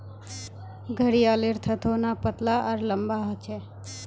घड़ियालेर थथोना पतला आर लंबा ह छे